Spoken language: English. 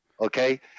Okay